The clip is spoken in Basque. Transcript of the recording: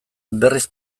berriz